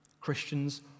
Christians